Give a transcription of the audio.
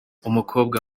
umukobwa